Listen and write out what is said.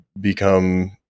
become –